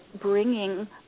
bringing